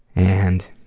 and